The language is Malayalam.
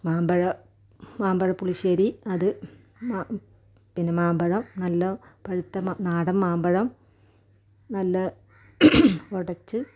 മാമ്പഴം മാമ്പഴപ്പുളിശ്ശേരി അത് പിന്നെ മാമ്പഴം നല്ല പഴുത്ത നാടൻ മാമ്പഴം നല്ല ഉടച്ച്